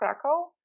Krakow